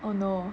oh no